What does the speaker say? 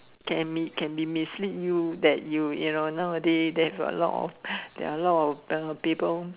can be can be mislead you that you you know nowadays there're a lot of people